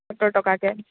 সত্তৰ টকাকৈ